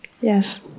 Yes